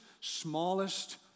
smallest